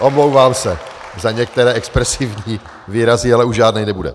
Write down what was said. Omlouvám se za některé expresivní výrazy, ale už žádný nebude.